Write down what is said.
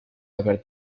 haber